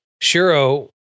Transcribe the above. Shiro